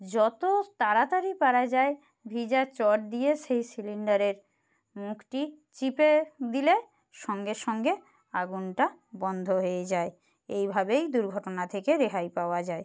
যতো তাড়াতাড়ি পারা যায় ভিজা চট দিয়ে সেই সিলিন্ডারের মুখটি চিপে দিলে সঙ্গে সঙ্গে আগুনটা বন্ধ হয়ে যায় এইভাবেই দুর্ঘটনা থেকে রেহাই পাওয়া যায়